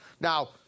Now